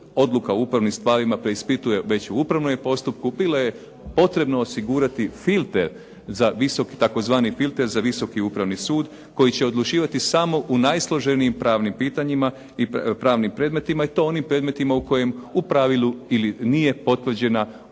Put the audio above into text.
odluka u upravnim stvarima preispituje već u upravnome postupku. Bilo je potrebno osigurati tzv. filtar za visoki upravni sud, koji će odlučivati samou u najsloženijim pravnim pitanjima i pravnim predmetima. I to onim predmetima u kojem u pravilu ili nije potvrđena